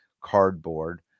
Cardboard